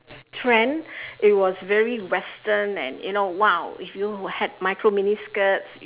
trend it was very western and you know !wow! if you had micro mini skirts